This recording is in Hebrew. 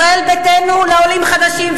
ישראל ביתנו, לעולים חדשים.